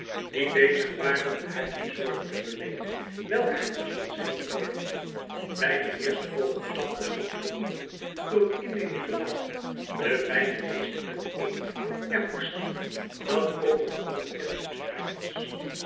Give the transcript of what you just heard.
die bezig waren met haar die zorgen te verleenen welke haar toestand scheen te vorderen bij den eersten oogopslag was madzy getroffen door het innemend gelaat de fijne leest en het edele ja vorstelijke dat over de onbekende verspreid was